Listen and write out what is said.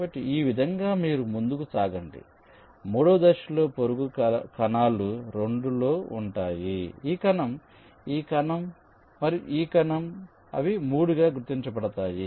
కాబట్టి ఈ విధంగా మీరు ముందుకు సాగండి మూడవ దశలో పొరుగు కణాలు 2 లో ఉంటాయి ఈ కణం ఈ కణం మరియు ఈ కణం అవి 3 గా గుర్తించబడతాయి